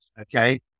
okay